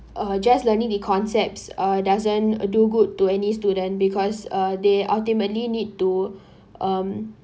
uh just learning the concepts uh doesn't do good to any student because uh they ultimately need to um